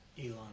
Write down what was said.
Elon